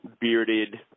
bearded